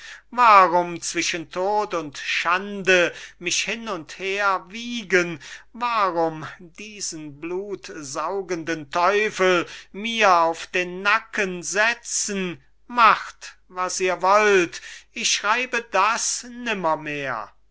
warum zwischen tod und schande mich hin und her wiegen warum diesen blutsaugenden teufel mir auf den nacken setzen macht was ihr wollt ich schreibe das